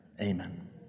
Amen